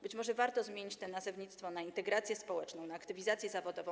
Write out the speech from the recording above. Być może warto zmienić to nazewnictwo, zmienić to na integrację społeczną, na aktywizację zawodową.